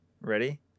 Ready